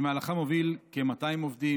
ובמהלכה הוביל כ-200 עובדים,